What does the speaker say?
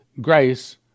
grace